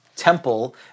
temple